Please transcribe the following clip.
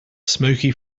smoky